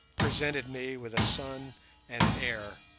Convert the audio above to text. presented me with a son and heir.